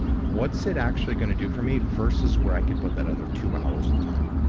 what's it actually going to do for me, versus where i could put that other two hours of time?